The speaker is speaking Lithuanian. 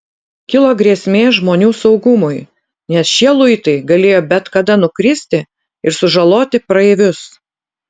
kilo grėsmė žmonių saugumui nes šie luitai galėjo bet kada nukristi ir sužaloti praeivius